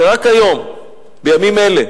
ורק היום, בימים אלה,